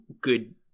good